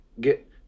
Get